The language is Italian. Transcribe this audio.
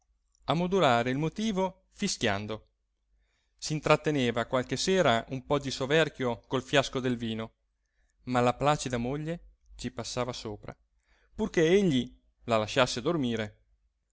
a modulare il motivo fischiando s'intratteneva qualche sera un po di soverchio col fiasco del vino ma la placida moglie ci passava sopra purché egli la lasciasse dormire